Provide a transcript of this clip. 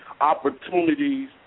opportunities